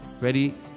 Ready